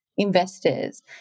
investors